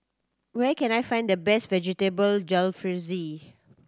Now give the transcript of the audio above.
where can I find the best Vegetable Jalfrezi